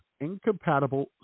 incompatible